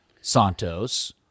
Santos